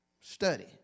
study